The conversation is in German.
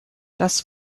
das